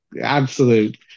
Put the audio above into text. absolute